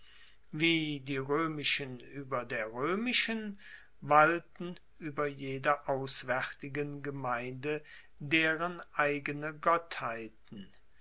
wie die roemischen ueber der roemischen walten ueber jeder auswaertigen gemeinde deren eigene gottheiten